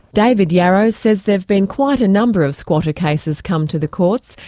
david yarrow says there's been quite a number of squatter cases come to the courts,